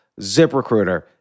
ZipRecruiter